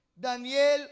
Daniel